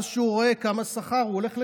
כשהוא רואה כמה שכר הוא עומד לקבל,